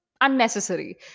unnecessary